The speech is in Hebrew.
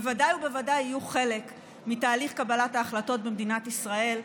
בוודאי ובוודאי יהיו חלק מתהליך קבלת ההחלטות במדינת ישראל.